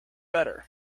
better